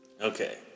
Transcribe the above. Okay